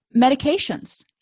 Medications